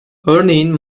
örneğin